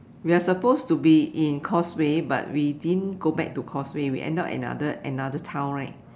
we are suppose to be in Causeway but we didn't go back to Causeway we end up another another town right